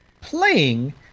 playing